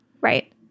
Right